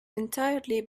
entirely